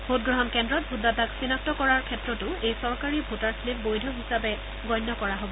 ভোটগ্ৰহণ কেন্দ্ৰত ভোটদাতাক চিনাক্ত কৰাৰ ক্ষেত্ৰতো এই চৰকাৰী ভোটাৰ শ্লিপ বৈধ হিচাপে গণ্য কৰা হ'ব